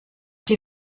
die